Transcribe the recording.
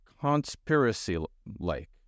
conspiracy-like